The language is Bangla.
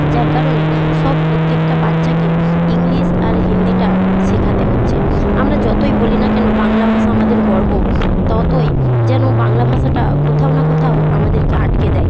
যার কারণে সব প্রত্যেকটা বাচ্চাকে ইংলিশ আর হিন্দিটা শেখাতে হচ্ছে আমরা যতোই বলি না কেন বাংলা ভাষা আমাদের গর্ব ততই যেন বাংলা ভাষাটা কোথাও না কোথাও আমাদেরকে আটকে দেয়